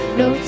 no